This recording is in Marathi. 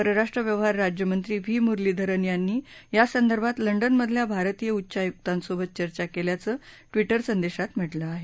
परराष्ट्र व्यवहार राज्यमंत्री व्ही मुरलीधरन यांनी यासंदर्भात लंडनमधल्या भारतीय उच्चायुकांसोबत चर्चा केल्याचं ट्विटरसंदेशात म्हटलं आहे